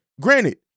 granted